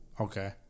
Okay